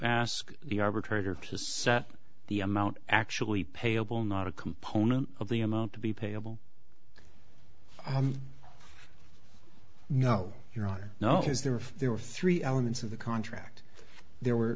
ask the arbitrator to set the amount actually payable not a component of the amount to be payable on no your honor no because there were there were three elements of the contract there were